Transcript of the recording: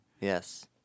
Yes